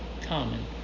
common